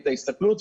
את ההסתכלות,